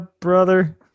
brother